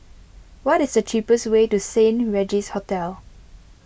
what is the cheapest way to Saint Regis Hotel